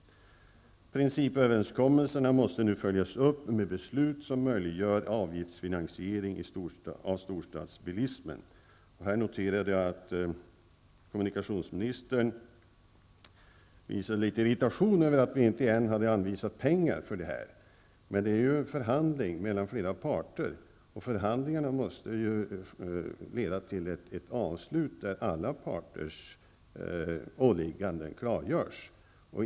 Principöverenskommelserna måste nu följas upp med beslut som möjliggör avgiftsfinansiering av storstadsbilismen. Här noterade jag att kommunikationsministern visar litet irritation över att vi inte hade anvisat pengar för det här. Men det gäller en förhandling mellan flera parter, och förhandlingarna måste ju leda till ett avslut där alla parters åliggande klargörs.